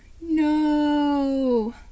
No